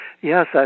Yes